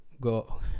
go